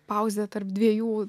pauzė tarp dviejų